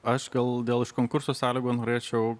aš gal dėl iš konkurso sąlygų norėčiau